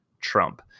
trump